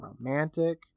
romantic